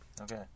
Okay